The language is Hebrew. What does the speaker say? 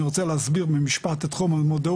אני רוצה להסביר במשפט על תחום המודעות,